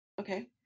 okay